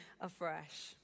afresh